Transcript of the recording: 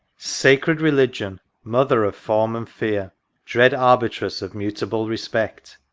sacred religion, mother of form and fear dread arbitress of mutable respect,